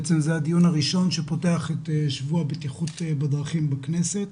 בעצם זה הדיון הראשון שפותח את שבוע הבטיחות בדרכים בכנסת,